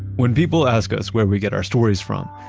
when people ask us where we get our stories from,